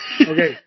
okay